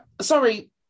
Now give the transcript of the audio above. Sorry